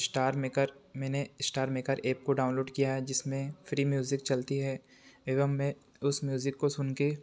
star Maker मेने Star Maker app को download किया है जिसमें फ़्री म्यूज़िक चलती है एवं मैं उस म्यूज़िक को सुनके